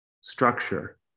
structure